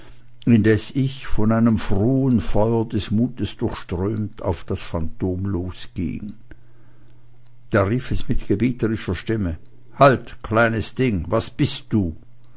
indes ich von einem frohen feuer des mutes durchströmt auf das phantom losging da rief es mit gebieterischer stimme halt kleines ding was bist du